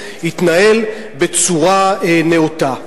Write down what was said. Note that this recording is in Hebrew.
יתנהל בצורה נאותה.